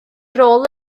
rôl